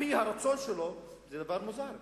על-פי הרצון שלו, זה דבר מוזר.